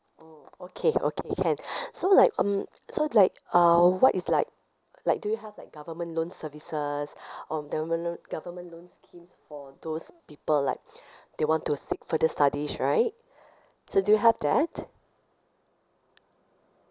oh okay okay can so like um so like uh what is like like do you have like government loan services or government government loan schemes for those people like they want to seek further studies right so do you have that